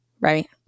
right